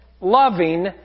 loving